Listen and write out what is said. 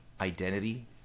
identity